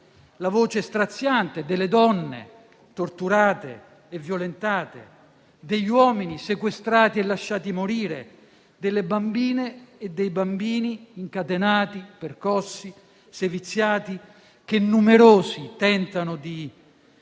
la voce straziante delle donne torturate e violentate, degli uomini sequestrati e lasciati morire, delle bambine e dei bambini incatenati, percossi, seviziati, che numerosi tentano il